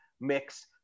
mix